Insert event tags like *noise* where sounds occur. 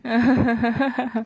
*laughs*